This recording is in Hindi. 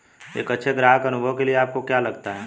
एक अच्छे ग्राहक अनुभव के लिए आपको क्या लगता है?